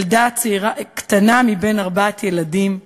הילדה הקטנה מבין ארבעה ילדים.